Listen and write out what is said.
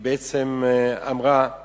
היא בעצם אמרה,